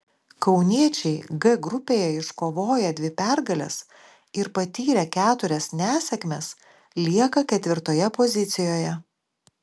kauniečiai g grupėje iškovoję dvi pergales ir patyrę keturias nesėkmes lieka ketvirtoje pozicijoje